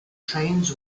trains